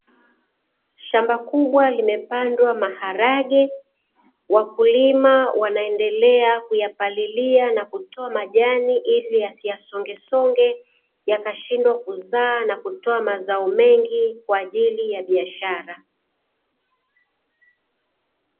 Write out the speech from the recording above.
Shamba kubwa limepandwa maharage, wakulima wanaendelea kuyapalilia na kutoa majani ili yasiyasongesonge, yakashindwa kuzaa na kutoa mazao mengi, kwa ajili ya biashara.